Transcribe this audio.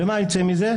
ומה יצא מזה?